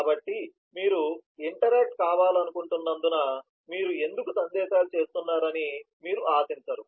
కాబట్టి మీరు ఇంటరాక్ట్ కావాలనుకుంటున్నందున మీరు ఎందుకు సందేశాలు చేస్తున్నారని మీరు ఆశించారు